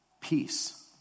peace